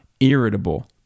irritable